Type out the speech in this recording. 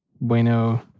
bueno